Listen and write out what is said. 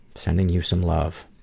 sending you some love.